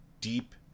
deep